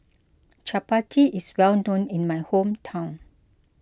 Chappati is well known in my hometown